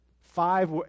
Five